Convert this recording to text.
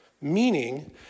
meaning